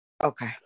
Okay